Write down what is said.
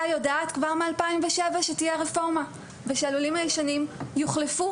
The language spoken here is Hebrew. יודעת כבר מ-2007 שתהיה רפורמה ושהלולים הישנים יוחלפו,